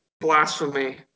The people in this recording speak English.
blasphemy